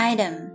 Item